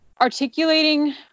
articulating